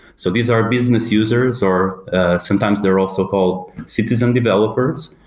so these are business users or sometimes they're also called citizen developers,